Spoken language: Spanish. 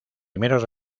primeros